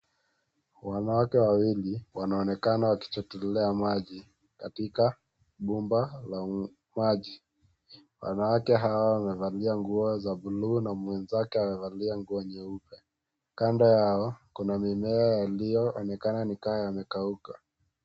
Wanawake wawili wanaonekana wakichotelela maji katika bomba la maji, wanawake hawa wamevalia nguo za bulu na mwenzake amevalia nguo nyeupe, kando yao kuna mimea yaliyoonekana ni kama yamekauka.